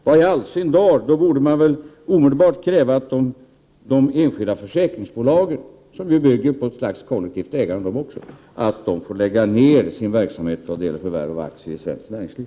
Då borde man väl i all sin dar omedelbart kräva att de enskilda försäkringsbolagen, som ju bygger på ett slags kollektivt ägande, får lägga ner sin verksamhet vad gäller förvärv av aktier i svenskt näringsliv.